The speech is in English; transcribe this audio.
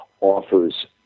offers